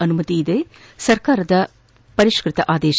ಅನುಮತಿ ಇದೆ ಸರ್ಕಾರದ ಪರಿಷತ ಆದೇಶ